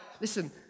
Listen